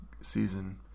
season